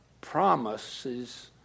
promises